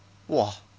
!wah!